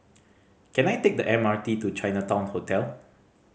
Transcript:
can I take the M R T to Chinatown Hotel